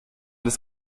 des